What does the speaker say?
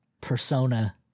persona